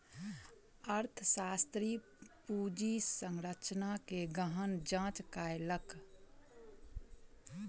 अर्थशास्त्री पूंजी संरचना के गहन जांच कयलक